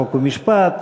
חוק ומשפט,